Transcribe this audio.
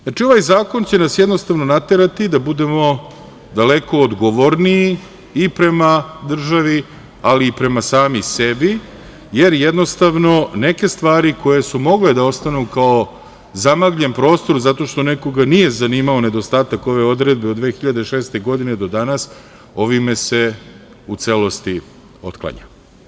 Znači, ovaj zakon će nas jednostavno naterati da budemo daleko odgovorniji i prema državi, ali i prema sami sebi, jer jednostavno neke stvari koje su mogle da ostanu kao zamagljen prostor zato što nekoga nije zanimao nedostatak ove odredbe od 2006. godine do danas ovime se u celosti otklanja.